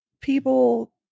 people